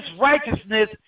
righteousness